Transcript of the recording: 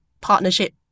partnership